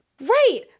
Right